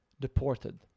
deported